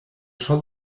sol